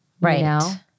Right